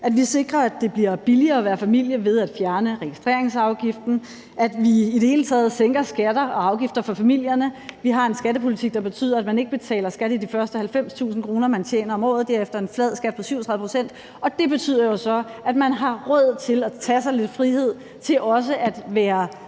at vi sikrer, at det bliver billigere at være familie, ved at fjerne registreringsafgiften; og at vi i det hele taget sænker skatter og afgifter for familierne. Vi har en skattepolitik, der betyder, at man ikke betaler skat af de første 90.000 kr., man tjener om året, og derefter er der en flad skat på 37 pct., og det betyder jo så, at man har råd til at tage sig lidt frihed til også at være